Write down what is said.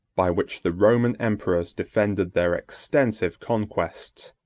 by which the roman emperors defended their extensive conquests,